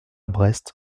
brest